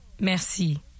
Merci